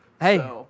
Hey